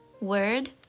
word